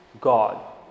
God